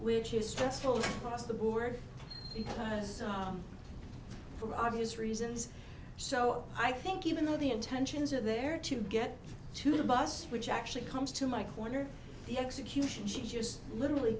which is stressful for us the board because for obvious reasons so i think even though the intentions are there to get to the bus which actually comes to my corner the execution she just literally